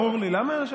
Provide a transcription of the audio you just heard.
למה אתה מתקמצן?